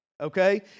Okay